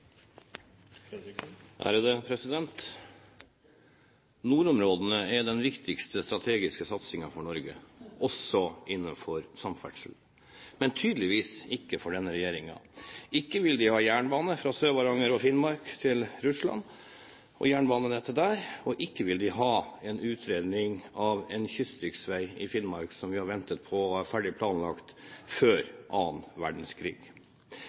den viktigste strategiske satsingen for Norge, også innenfor samferdsel, men tydeligvis ikke for denne regjeringen. Ikke vil de ha jernbane fra Sør-Varanger og Finnmark til Russland, og jernbanenettet der, og ikke vil de ha utredning av en kystriksvei i Finnmark, som vi har ventet på – ferdig planlagt før annen verdenskrig.